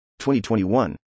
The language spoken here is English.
2021